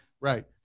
Right